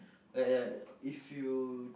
like like if you